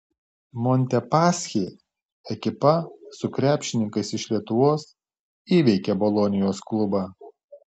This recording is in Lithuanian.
montepaschi ekipa su krepšininkais iš lietuvos įveikė bolonijos klubą